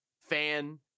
fan